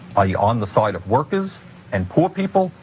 are you on the side of workers and poor people,